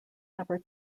never